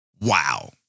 Wow